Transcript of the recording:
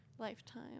Lifetime